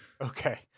Okay